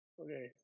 okay